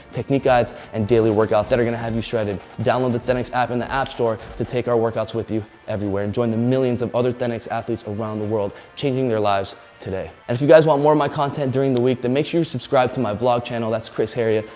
technique guides, and daily workouts that are gonna have you shredded. download the thenx app in the app store to take our workouts with you everywhere, and join the millions of other thenx athletes around the world changing their lives today. and if you guys want more of my content during the week, then make sure you subscribe to my vlog channel. that's chris heria.